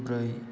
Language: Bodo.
ब्रै